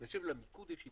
ואני חושב שלמיקוד יש יתרון.